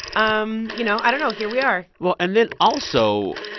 um you know, i don't know. here we are well, and then, also,